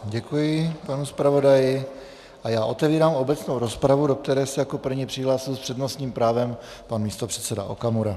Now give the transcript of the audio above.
Děkuji panu zpravodaji a otevírám obecnou rozpravu, do které se jako první přihlásil s přednostním právem pan místopředseda Okamura.